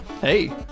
hey